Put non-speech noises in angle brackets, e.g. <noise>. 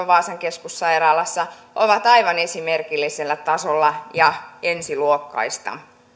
<unintelligible> vaasan keskussairaalassa ovat aivan esimerkillisellä tasolla ja ensiluokkaisia